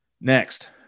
Next